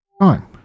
on